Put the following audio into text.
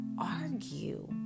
argue